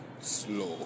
slow